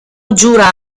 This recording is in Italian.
giura